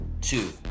Two